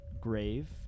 grave